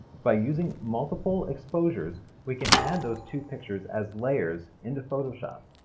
by using multiple exposures we can add those two pictures as layers into photoshop.